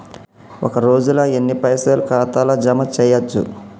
ఒక రోజుల ఎన్ని పైసల్ ఖాతా ల జమ చేయచ్చు?